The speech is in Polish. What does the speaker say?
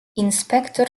inspektor